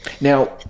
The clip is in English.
now